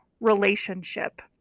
relationship